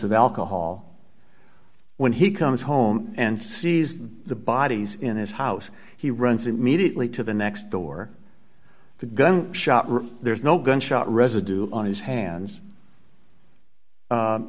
of alcohol when he comes home and sees the bodies in his house he runs immediately to the next door the gun shop there's no gunshot residue on his hands